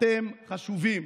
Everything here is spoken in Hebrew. אתם חשובים,